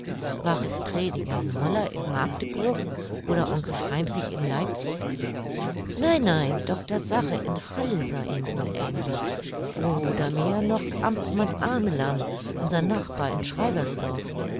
war es prediger moller in magdeburg oder onkel heinrich in leipzig nein nein dr sarre in halle sah ihm wohl ähnlich oder mehr noch amtmann amelang unser nachbar in